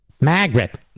Margaret